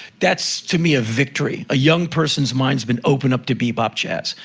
that's, to me, a victory. a young person's mind has been opened up to bebop jazz.